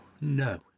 No